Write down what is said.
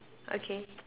okay